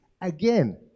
again